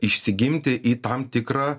išsigimti į tam tikrą